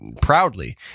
proudly